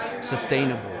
sustainable